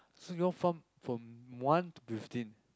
so you all farm from one to fifteen